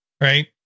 right